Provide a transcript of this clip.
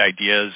ideas